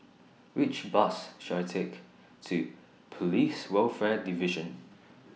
Which Bus should I Take to Police Welfare Division